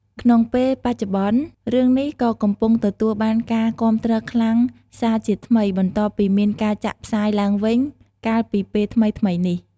ក្នុងពេលបច្ចុប្បន្ន រឿងនេះក៏កំពុងទទួលបានការគាំទ្រខ្លាំងសារជាថ្មី បន្ទាប់ពីមានការចាក់ផ្សាយឡើងវិញ កាលពីពេលថ្មីៗនេះ។